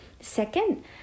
Second